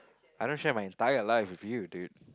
I don't share my entire life with you dude